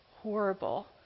horrible